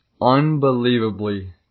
unbelievably